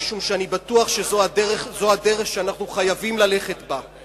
משום שאני בטוח שזו הדרך שאנחנו חייבים ללכת בה.